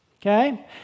okay